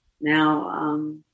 Now